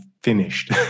finished